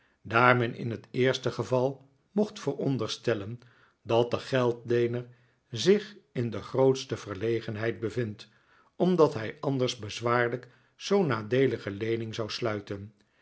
men in het eerste geval mocht veronderstellen dat de geldleener zich in de grootste verlegenheid bevindt omdat hij anders bezwaarlijk zoo'n nadeelige leening zou sluiten